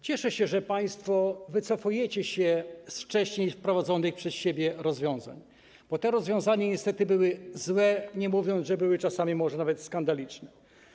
Cieszę się, że państwo wycofujecie się z wcześniej wprowadzonych przez siebie rozwiązań, bo te rozwiązania niestety były złe, nie mówiąc, że były czasami może nawet skandaliczne.